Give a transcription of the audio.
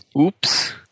Oops